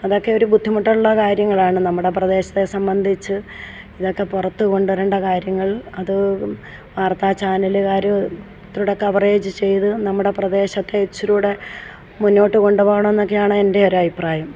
അതൊക്കെ ഒരു ബുദ്ധിമുട്ടുള്ള കാര്യങ്ങളാണ് നമ്മുടെ പ്രദേശത്തെ സംബന്ധിച്ച് ഇതൊക്കെ പുറത്തു കൊണ്ടു വരേണ്ട കാര്യങ്ങൾ അതു വാർത്താ ചാനലുകാർ ഇതൂ കൂടി കവറേജ് ചെയ്ത് നമ്മുടെ പ്രദേശത്തേ ഇച്ചിരി കൂടി മുന്നോട്ടു കൊണ്ടു പോകണമെന്നൊക്കെയാണ് എൻ്റെ ഒരഭിപ്രായം